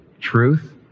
truth